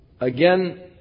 Again